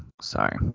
Sorry